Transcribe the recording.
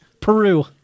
peru